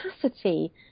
capacity